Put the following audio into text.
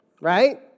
right